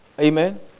Amen